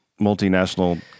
multinational